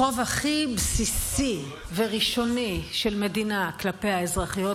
החוב הכי בסיסי וראשוני של מדינה כלפי האזרחיות